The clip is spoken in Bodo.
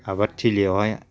आबाद थिलियावहाय